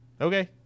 Okay